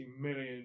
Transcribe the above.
million